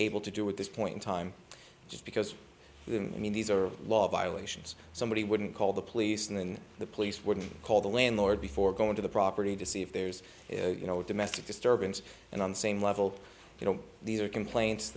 able to do with this point in time just because i mean these are law violations somebody wouldn't call the police and then the police would call the landlord before going to the property to see if there's you know domestic disturbance and on the same level you know these are complaints